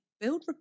build